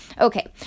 okay